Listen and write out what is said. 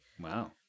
Wow